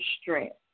strength